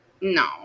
No